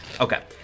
Okay